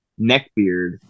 Neckbeard